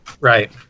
right